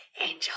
angel